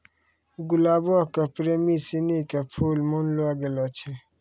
गुलाबो के प्रेमी सिनी के फुल मानलो गेलो छै